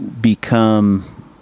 become